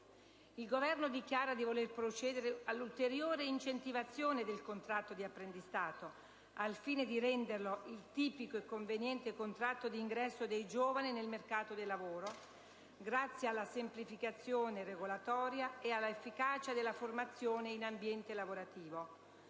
Il Governo dichiara di voler procedere altresì all'ulteriore incentivazione del contratto di apprendistato, al fine di renderlo «il tipico e conveniente contratto di ingresso dei giovani nel mercato del lavoro grazie alla semplificazione regolatoria e alla efficacia della formazione in ambiente lavorativo».